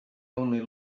only